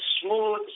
smooth